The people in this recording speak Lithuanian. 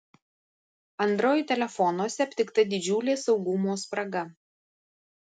android telefonuose aptikta didžiulė saugumo spraga